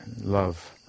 love